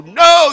no